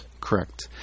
Correct